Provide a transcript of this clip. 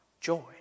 joy